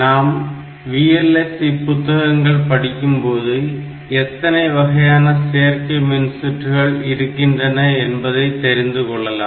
நாம் VLSI புத்தகங்கள் படிக்கும்போது எத்தனை வகையான சேர்க்கை மின்சுற்றுகள் இருக்கின்றன என்பதை தெரிந்து கொள்ளலாம்